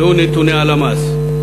ראו נתוני הלמ"ס.